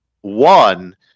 One